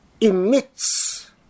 emits